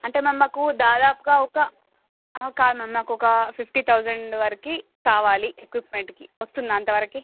అంటే మ్యామ్ మాకు దాదాపుగా ఒక కాదు మ్యామ్ మాకు ఒక ఫిఫ్టీ థౌజండ్ వరకు కావాలి ఎక్విప్మెంట్కి వస్తుందా అంత వరకి